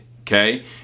okay